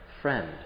friend